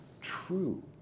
true